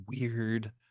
weird